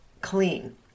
clean